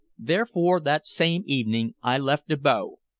therefore, that same evening i left abo,